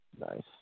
Nice